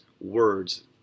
words